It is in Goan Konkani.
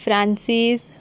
फ्रांसीस